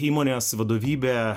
įmonės vadovybė